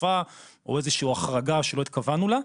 חפיפה או איזושהי החרגה שלא התכוונו לה.